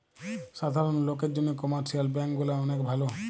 সাধারণ লোকের জন্যে কমার্শিয়াল ব্যাঙ্ক গুলা অনেক ভালো